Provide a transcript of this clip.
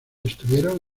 estuvieron